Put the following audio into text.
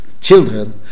children